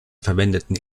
verwendeten